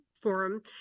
forum